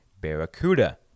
Barracuda